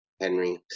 Henry